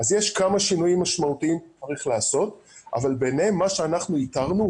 יש כמה שינויים משמעותיים שצריך לעשות אבל ביניהם מה שאנחנו איתרנו,